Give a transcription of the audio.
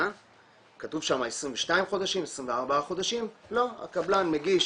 כתוב שם 22 חודשים, 24 חודשים, לא, הקבלן מגיש